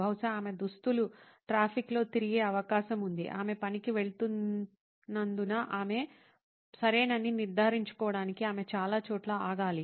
బహుశా ఆమె దుస్తులు ట్రాఫిక్లో తిరిగే అవకాశం ఉంది ఆమె పనికి వెళుతున్నందున ఆమె సరేనని నిర్ధారించుకోవడానికి ఆమె చాలా చోట్ల ఆగాలి